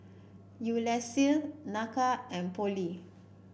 Ulysses Nakia and Pollie